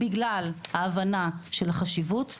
בגלל ההבנה של החשיבות.